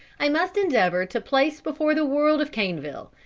i must endeavour to place before the world of caneville,